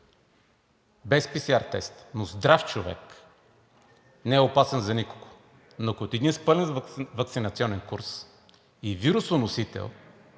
без PCR тест, но здрав човек, не е опасен за никого. Но ако е с пълен ваксинационен курс и вирусоносител,